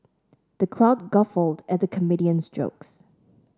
the crowd guffawed at the comedian's jokes